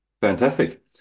fantastic